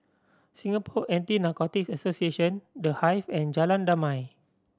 Singapore Anti Narcotics Association The Hive and Jalan Damai